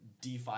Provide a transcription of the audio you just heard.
DeFi